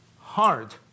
hard